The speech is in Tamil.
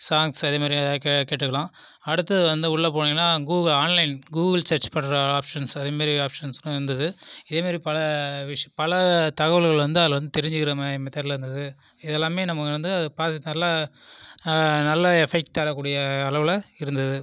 சாங்ஸ் அதேமாதிரி ஏதாவது கேட்டுக்கலாம் அடுத்தது வந்து உள்ளே போனீங்கன்னா கூகுள் ஆன்லைன் கூகுள் சர்ச் பண்ணுற ஆப்ஷன்ஸ் அதுமாதிரி ஆப்ஷனும் இருந்தது இதுமாதிரி பல பல தகவல்கள் வந்து அதில் வந்து தெரிஞ்சிக்கிற மாதிரி மெத்தெடில் இருந்தது இது எல்லாமே நமக்கு வந்து பாக்கிறதுக்கு நல்லா நல்ல எஃபெக்ட் தரக்கூடிய அளவில் இருந்தது